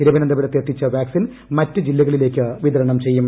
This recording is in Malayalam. തിരുവനന്തപുരത്ത് എത്തിച്ച വാക്സിൻ മറ്റ് ജില്ലകളിലേക്ക് വിതരണം ചെയ്യും